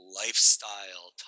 lifestyle